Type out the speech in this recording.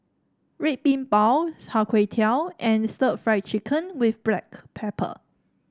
Red Bean Bao Chai Tow Kway and Stir Fried Chicken with Black Pepper